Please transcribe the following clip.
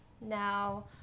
now